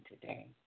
today